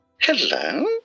Hello